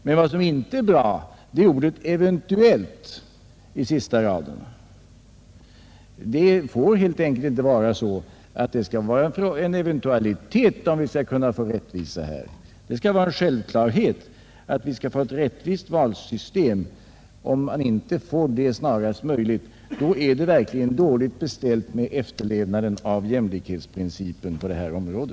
Men vad som inte är bra är ordet ”eventuellt” i sista meningen i svaret. Det får helt enkelt inte vara en eventualitet, om vi skall få rättvisa här. Det skall vara en självklarhet att vi får ett rättvist valsystem. Får vi inte det snarast möjligt, är det verkligen dåligt beställt med efterlevnaden av jämlikhetsprincipen på detta område.